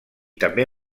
també